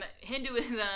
hinduism